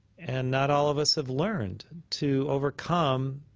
and not all of us have learned to overcome